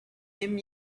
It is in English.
him